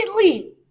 immediately